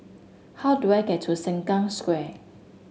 how do I get to Sengkang Square